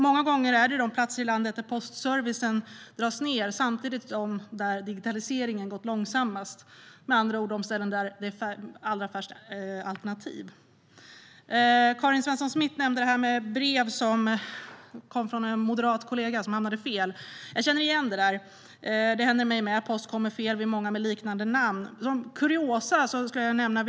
Många gånger är de platser i landet där postservicen dras ned samtidigt de där digitaliseringen har gått långsammast - med andra ord de ställen där det finns allra färst alternativ. Karin Svensson Smith nämnde det här med brev som kom från en moderat kollega och som hamnade fel. Jag känner igen det där. Det händer mig också att post kommer fel; vi är många med liknande namn. Som kuriosa kan jag nämna en händelse.